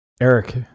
Eric